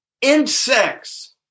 insects